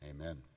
amen